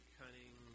cunning